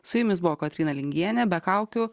su jumis buvo kotryna lingienė be kaukių